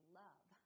love